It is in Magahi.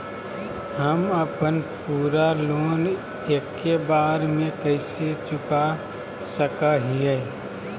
हम अपन पूरा लोन एके बार में कैसे चुका सकई हियई?